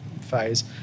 phase